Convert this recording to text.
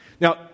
Now